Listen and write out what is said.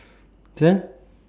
!huh!